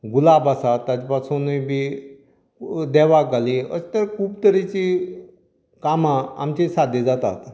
गूलाब आसात ताचे पासुनूय बी देवाक घालीत अशें तरे खूब तरेची कामां आमची साद्य जातात